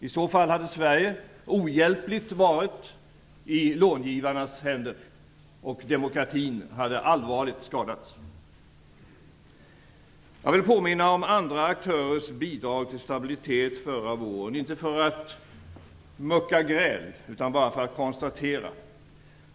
I så fall hade Sverige ohjälpligt varit i långivarnas händer och demokratin allvarligt skadats. Jag vill påminna om andra aktörers bidrag till stabilitet förra våren, inte för att mucka gräl utan bara för att konstatera det.